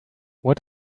what